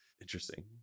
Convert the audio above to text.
Interesting